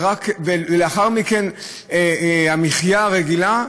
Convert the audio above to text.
ולאחר מכן המחיה הרגילה.